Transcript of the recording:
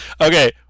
Okay